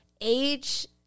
age